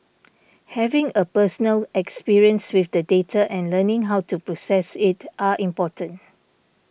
having a personal experience with the data and learning how to process it are important